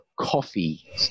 coffee